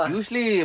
Usually